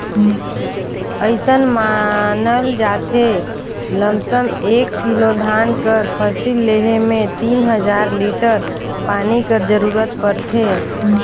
अइसन मानल जाथे लमसम एक किलो धान कर फसिल लेहे में तीन हजार लीटर पानी कर जरूरत परथे